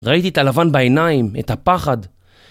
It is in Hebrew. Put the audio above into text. ראיתי את הלבן בעיניים, את הפחד.